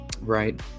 Right